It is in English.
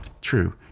True